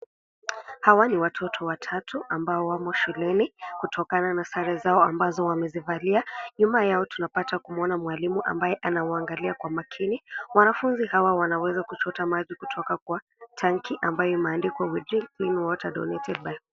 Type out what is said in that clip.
Hawa ni watoto watatu ambao wamo shuleni kutokana na sare zao ambazo wamezivalia. Nyuma yao tunapata kumwona mwalimu ambaye anawaangalia kwa makini. Wanafunzi hawa wanaweza kuchota maji kutoka kwa tanki ambayo imeandikwa (cs)we drink clean water donated by (cs).